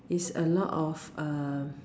is a lot of err